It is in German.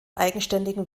eigenständigen